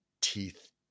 teeth